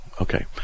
Okay